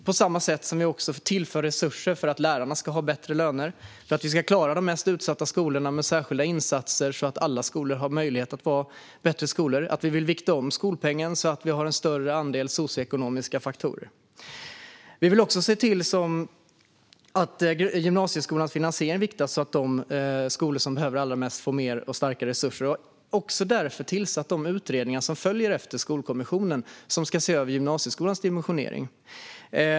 På samma sätt tillför vi resurser för att lärarna ska ha bättre löner och vi ska klara de mest utsatta skolorna med särskilda insatser så att alla skolor har möjlighet att vara bättre skolor. Vi vill vikta om skolpengen så att vi har en större andel socioekonomiska faktorer. Vi vill också se till att gymnasieskolans finansiering viktas så att de skolor som behöver allra mest får mer och starkare resurser. Vi har därför tillsatt de utredningar som följer efter Skolkommissionen som ska se över gymnasieskolans dimensionering.